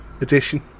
edition